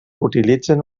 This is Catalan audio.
utilitzen